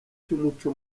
cy’umuco